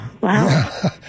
Wow